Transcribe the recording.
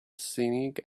singing